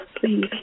please